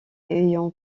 ayant